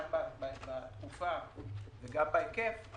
הקושי גם בתקופה וגם בהיקף,